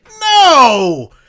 No